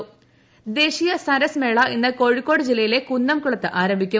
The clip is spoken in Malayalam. ദേശീയ സരസ് മേള ദേശീയ സരസ് മേള ഇന്ന് കോഴിക്കോട് ജില്ലയിലെ കുന്നംകുളത്ത ആരംഭിക്കും